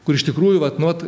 kur iš tikrųjų vat